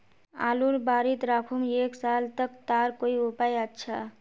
आलूर बारित राखुम एक साल तक तार कोई उपाय अच्छा?